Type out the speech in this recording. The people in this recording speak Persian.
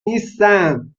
نیستم